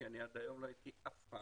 כי מעולם לא הייתי פה,